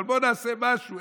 אבל בואו נעשה משהו,